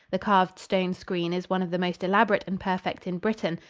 the carved stone screen is one of the most elaborate and perfect in britain,